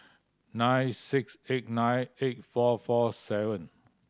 nine six eight nine eight four four seven